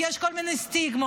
ויש כל מיני סטיגמות.